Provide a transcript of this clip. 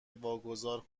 واگذار